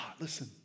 listen